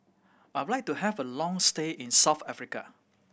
I would like to have a long stay in South Africa